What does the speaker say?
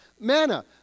Manna